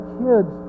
kids